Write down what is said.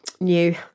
New